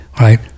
right